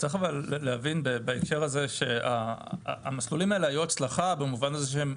צריך להבין בהקשר הזה שהמסלולים האלה היו הצלחה במובן הזה שהם